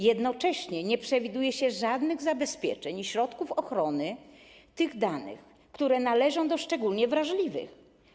Jednocześnie nie przewiduje się żadnych zabezpieczeń i środków ochrony tych danych, które należą do szczególnie wrażliwych.